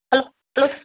hello hello